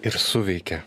ir suveikė